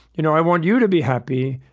you know i want you to be happy.